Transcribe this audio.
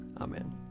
Amen